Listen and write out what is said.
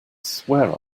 swear